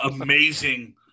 amazing